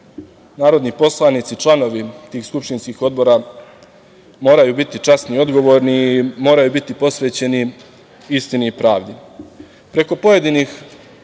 Narodni poslanici članovi tih skupštinskih odbora moraju biti časni i odgovorni i moraju biti posvećeni istini i pravdi. Preko